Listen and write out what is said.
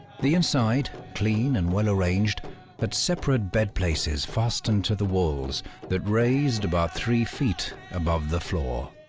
the inside clean and well arranged had separate bed places fastened to the walls that raised about three feet above the floor